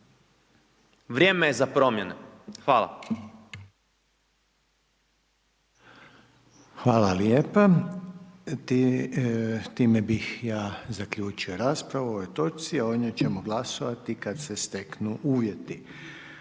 Vrijeme je za promjene. Hvala. **Reiner, Željko (HDZ)** Hvala lijepa. Time bih ja zaključio raspravu o ovoj točci, a o njoj ćemo glasovati kad se steknu uvjeti.